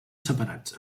separats